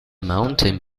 mountain